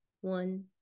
One